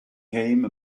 came